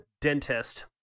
dentist